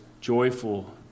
joyful